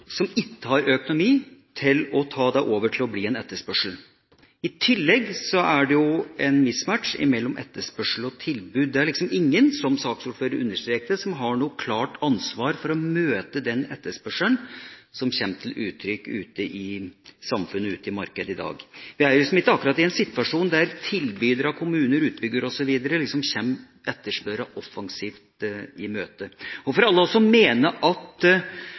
som ikke har økonomi til å la det bli en etterspørsel. I tillegg er det en «mismatch» mellom etterspørsel og tilbud. Det er liksom ingen, som saksordføreren understreket, som har noe klart ansvar for å møte den etterspørselen som kommer til uttrykk ute i samfunnet, ute i markedet, i dag. Vi er ikke akkurat i en situasjon der tilbydere, kommuner, utbyggere osv. kommer etterspørrerne offensivt i møte. For alle oss som mener at